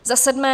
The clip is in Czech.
Za sedmé.